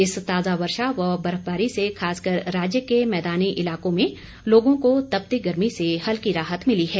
इस ताजा वर्षा व बर्फबारी से खासकर राज्य के मैदानी इलाकों में लोगों को तपती गर्मी से हल्की राहत मिली है